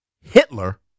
Hitler